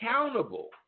accountable